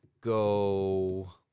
go